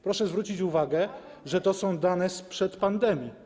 Proszę zwrócić uwagę, że to są dane sprzed pandemii.